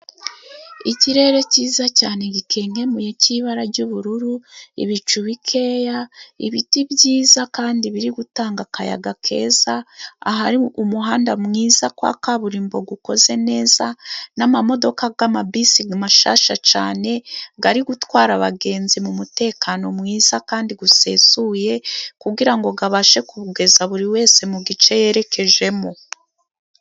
Ikirere cyiza cyane gikenkemuye cy'ibara ry'ubururu, ibicu bikeya, ibiti byiza kandi biri gutanga akayaga keza, ahari umuhanda mwiza wa kaburimbo ukoze neza n'imodoka z'amabisi mashyashya cyane ari gutwara abagenzi mu mutekano mwiza kandi usesuye, kugira ngo abashe kugeza buri wese mu gice yerekejemo.